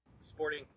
sporting